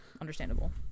Understandable